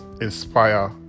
inspire